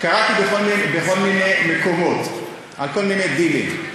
קראתי בכל מיני מקומות על כל מיני דילים,